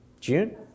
June